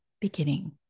beginning